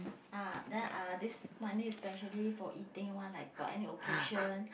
ah then I'll this money is specially for eating one like for any occasion